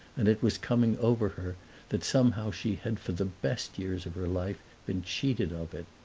and it was coming over her that somehow she had for the best years of her life been cheated of it.